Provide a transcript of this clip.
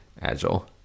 Agile